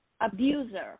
abuser